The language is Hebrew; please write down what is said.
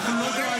לא אנחנו,